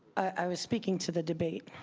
i was speaking to the debate.